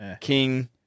King